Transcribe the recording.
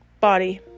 body